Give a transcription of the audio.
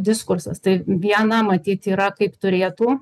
diskursas tai viena matyt yra kaip turėtų